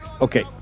Okay